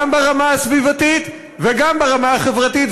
גם ברמה הסביבתית וגם ברמה החברתית,